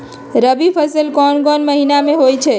रबी फसल कोंन कोंन महिना में होइ छइ?